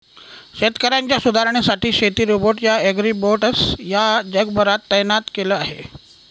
शेतकऱ्यांच्या सुधारणेसाठी शेती रोबोट या ॲग्रीबोट्स ला जगभरात तैनात केल आहे